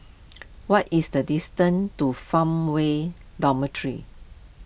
what is the distance to Farmway Dormitory